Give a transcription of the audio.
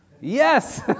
yes